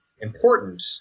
important